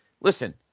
Listen